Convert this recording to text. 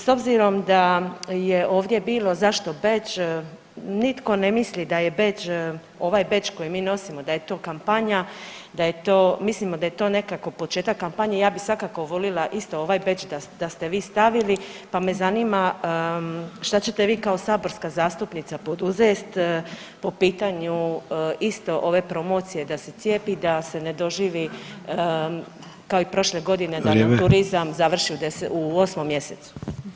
S obzirom da je ovdje bilo zašto bedž, nitko ne misli da je ovaj bedž koji mi nosimo da je to kapanja, mislimo da je to nekako početak kampanje i ja bi svakako volila isto ovaj bedž da ste vi stavili pa me zanima šta ćete vi kao saborska zastupnica poduzet po pitanju isto ove promocije da se cijepi da se ne doživi kao i prošle godine [[Upadica Sanader: vrijeme.]] da nam turizam završi u osmom mjesecu?